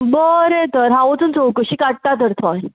बरें तर हांव वचून चवकशी काडटां तर थंय